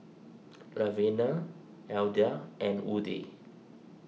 Lavenia Alda and Woody